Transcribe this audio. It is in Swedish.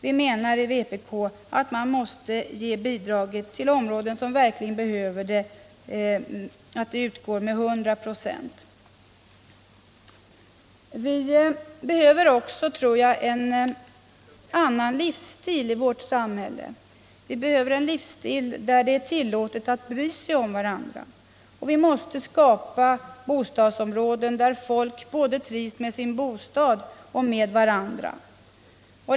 Vpk menar att man måste ge bidraget till områden som verkligen behöver det och att det där bör utgå med 100 96. Vi behöver också, tror jag, en annan livsstil i vårt samhälle. Vi behöver en livsstil där det är tillåtet att bry sig om varandra. Vi måste skapa bostadsområden där folk trivs både med sin bostad och med varandra.